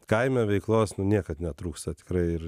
kaime veiklos nu niekad netrūksta tikrai ir